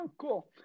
cool